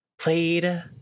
played